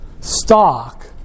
stock